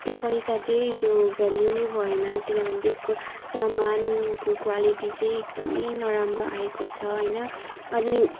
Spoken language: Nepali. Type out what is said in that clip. त्यो पैसा चाहिँ त्यो भ्याल्यू नै भएन किनभने त्यसको सामानको क्वालिटी चाहिँ एकदमै नराम्रो आएको छ होइन अनि